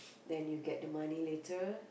then you get the money later